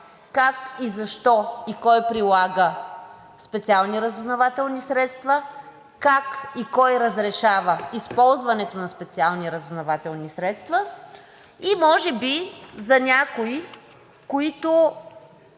как и защо, и кой прилага специални разузнавателни средства, как и кой разрешава използването на специални разузнавателни средства и може би за някои, които